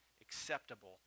acceptable